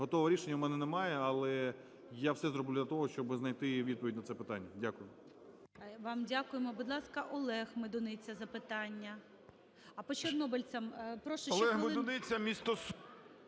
Готового рішення в мене немає, але я все зроблю для того, щоби знайти відповідь на це питання. Дякую.